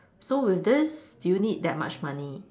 so with this do you need that much money